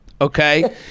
Okay